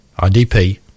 idp